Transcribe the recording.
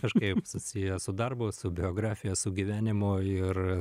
kažkaip susiję su darbu su biografija su gyvenimu ir